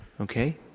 okay